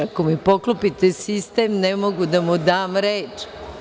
Ako mi poklopite sistem, ne mogu da mu dam reč.